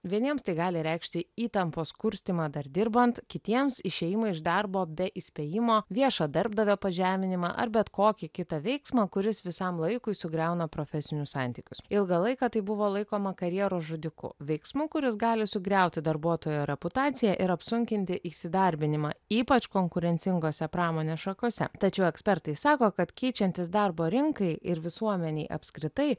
vieniems tai gali reikšti įtampos kurstymą dar dirbant kitiems išėjimą iš darbo be įspėjimo viešą darbdavio pažeminimą ar bet kokį kitą veiksmą kuris visam laikui sugriauna profesinius santykius ilgą laiką tai buvo laikoma karjeros žudiku veiksmu kuris gali sugriauti darbuotojo reputaciją ir apsunkinti įsidarbinimą ypač konkurencingose pramonės šakose tačiau ekspertai sako kad keičiantis darbo rinkai ir visuomenei apskritai